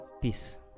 peace